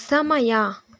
ಸಮಯ